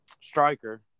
striker